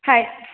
হ্যাঁ